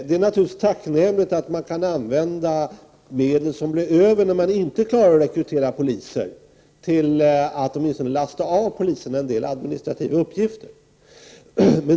Det är naturligtvis tacknämligt att de medel kan användas som blir över när det inte är möjligt att rekrytera poliser för att åtminstone lasta av polisen en del administrativa uppgifter.